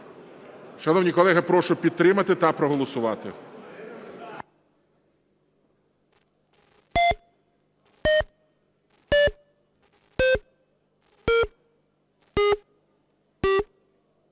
Шановні колеги, прошу підтримати та проголосувати.